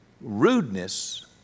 rudeness